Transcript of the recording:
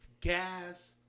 gas